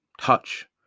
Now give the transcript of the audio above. touch